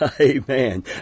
amen